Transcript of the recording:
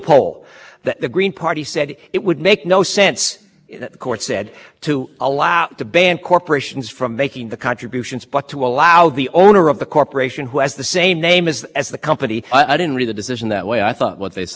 the same name as the company i didn't read the decision that way i thought what they said was that it it might well make sense we are very troubled by the extension of a lot to cover corporate officers as well because it restricts more speech but because the